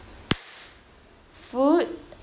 food